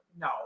no